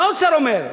מה האוצר אומר,